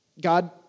God